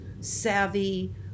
savvy